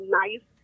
nice